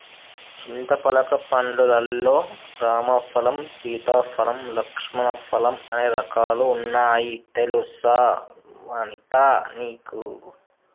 చింతపలక పండ్లు లల్లో రామ ఫలం, సీతా ఫలం, లక్ష్మణ ఫలం అనే రకాలు వున్నాయి తెలుసా వనితా నీకు